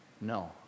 no